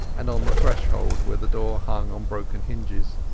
and on the threshold where the door hung on broken hinges.